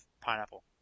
pineapple